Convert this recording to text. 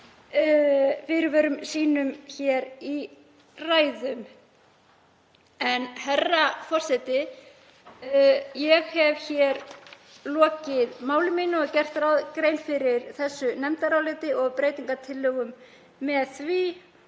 fyrirvörum sínum hér í ræðum. Herra forseti. Ég hef lokið máli mínu og gert grein fyrir þessu nefndaráliti og breytingartillögum með því